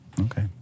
Okay